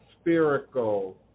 spherical